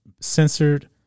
censored